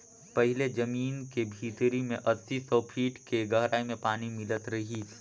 पहिले जमीन के भीतरी में अस्सी, सौ फीट के गहराई में पानी मिलत रिहिस